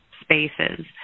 spaces